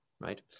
right